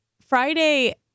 Friday